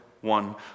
one